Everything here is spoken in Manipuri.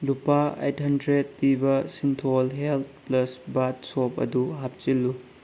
ꯂꯨꯄꯥ ꯑꯩꯠ ꯍꯟꯗ꯭ꯔꯦꯗ ꯄꯤꯕ ꯁꯤꯟꯊꯣꯜ ꯍꯦꯜꯠ ꯄ꯭ꯂꯁ ꯕꯥꯠ ꯁꯣꯞ ꯑꯗꯨ ꯍꯥꯞꯆꯤꯜꯂꯨ